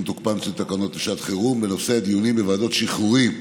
תוקפן של תקנות לשעות חירום בנושא ועדות שחרורים